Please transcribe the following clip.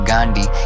Gandhi